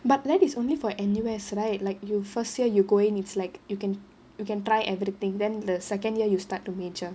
but that is only for N_U_S right like you first year you go in it's like you can you can try everything then the second year you start to major